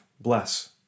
bless